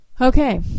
Okay